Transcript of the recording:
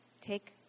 take